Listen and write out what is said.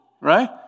Right